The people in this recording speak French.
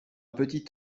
petit